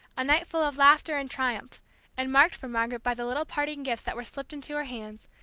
a night full of laughter and triumph and marked for margaret by the little parting gifts that were slipped into her hands,